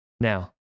now